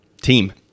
Team